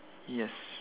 yes